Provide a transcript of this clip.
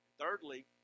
Thirdly